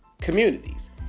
communities